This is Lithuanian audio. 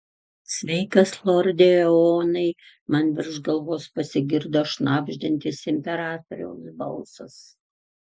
sveikas lorde eonai man virš galvos pasigirdo šnabždantis imperatoriaus balsas